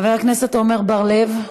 עמר בר-לב,